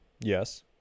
Yes